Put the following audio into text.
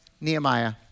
Nehemiah